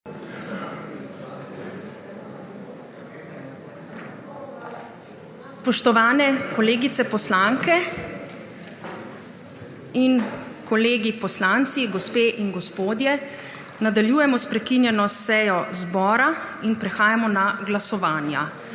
Spoštovani kolegice poslanke in kolegi poslanci, gospe in gospodje, nadaljujemo s prekinjeno sejo zbora. Prehajamo na glasovanja